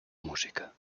música